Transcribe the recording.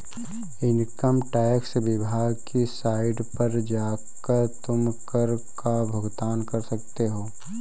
income tax विभाग की site पर जाकर तुम कर का भुगतान कर सकते हो